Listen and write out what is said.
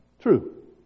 True